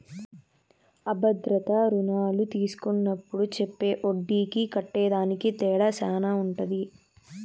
అ భద్రతా రుణాలు తీస్కున్నప్పుడు చెప్పే ఒడ్డీకి కట్టేదానికి తేడా శాన ఉంటది